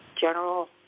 general